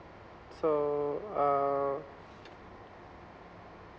so uh